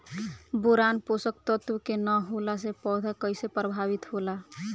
Boron पोषक तत्व के न होला से पौधा कईसे प्रभावित होला?